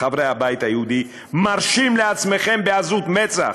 חברי הבית היהודי, מרשים לעצמכם, בעזות מצח,